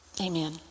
Amen